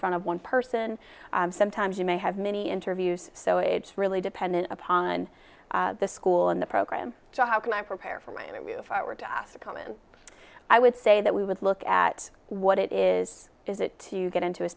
front of one person sometimes you may have many interviews so it's really dependent upon the school and the program so how can i prepare for my me if i were to ask a common i would say that we would look at what it is is it to get into a